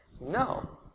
No